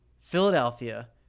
Philadelphia